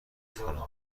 کنم